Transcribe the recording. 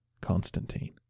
Constantine